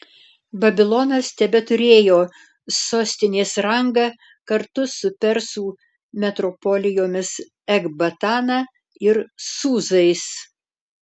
babilonas tebeturėjo sostinės rangą kartu su persų metropolijomis ekbatana ir sūzais